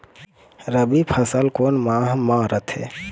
रबी फसल कोन माह म रथे?